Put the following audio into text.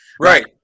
Right